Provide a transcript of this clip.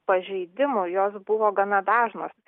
pažeidimų jos buvo gana dažnos